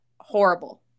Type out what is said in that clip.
horrible